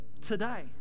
today